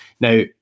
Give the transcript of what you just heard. Now